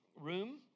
room